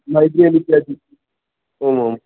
आम् आम्